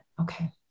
Okay